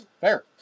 fair